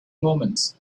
moments